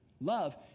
Love